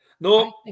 No